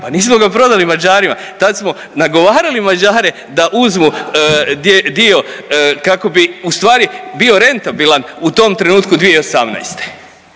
Pa nismo ga prodali Mađarima, tad smo nagovarali Mađare da uzmu dio kako bi ustvari bio rentabilan u tom trenutku 2018.,